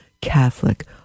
Catholic